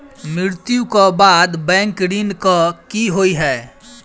मृत्यु कऽ बाद बैंक ऋण कऽ की होइ है?